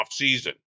offseason